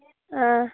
ꯑꯥ